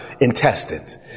intestines